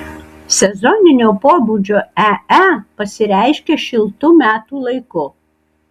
sezoninio pobūdžio ee pasireiškia šiltu metų laiku